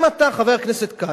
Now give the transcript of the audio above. גם אתה, חבר הכנסת כץ,